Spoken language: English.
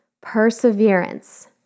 perseverance